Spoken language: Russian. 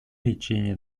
лечения